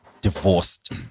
divorced